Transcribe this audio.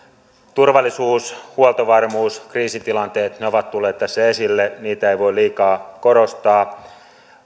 turvallisuus huoltovarmuus kriisitilanteet ovat tulleet tässä esille niitä ei voi liikaa korostaa